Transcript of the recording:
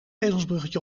ezelsbruggetje